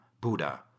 Buddha